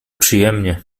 przyjemnie